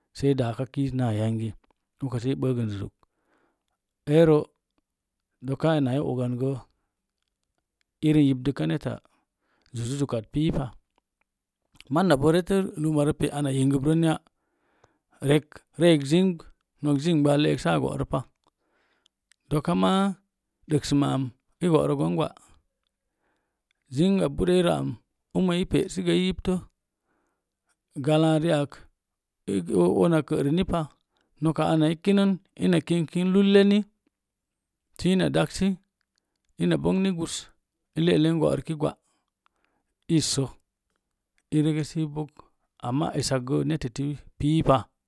Sai daaka kiiz naa yangi ukə sə i ɓəgn zuk zuk eero doka ina e ogangə irin yib dəka neta zuk zukat piipa masnabo retə lummarə pe’ ana yingəb rənya rek ree yig zingb ho zingba le'ek sa go'rəpa doka ma dəksəm am i go'nə gon gwa zingɓa bureirə am umi ‘pe’ sə gə i yiptə galariak una kərina pa noka ana i kinə noka ana i kinəni ina kingkin lullenisənadaksi bongni gus i le'len go'riki gwa isso i bongni gus amma essak gə netəti piipa